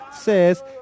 says